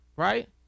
Right